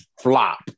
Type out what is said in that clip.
flop